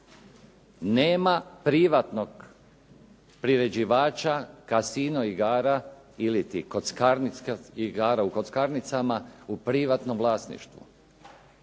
Nema privatnog priređivača kasino igara ili kockarnica, igara u kockarnicama u privatnom vlasništvu.